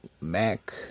Mac